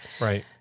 Right